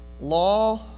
Law